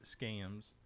scams